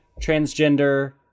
transgender